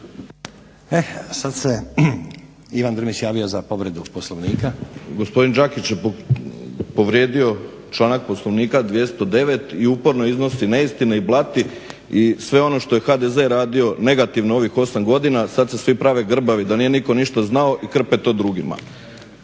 Eh sad se Ivan Drmić javio za povredu Poslovnika. **Drmić, Ivan (HDSSB)** Gospodin Đakić je povrijedio članak Poslovnika 209. i uporno iznosi neistine i blati i sve ono što je HDZ radio negativno ovih 8 godina sad se svi prave grbavi da nije nitko ništa znao i trpaju to drugima.